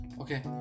okay